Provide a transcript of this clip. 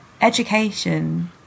education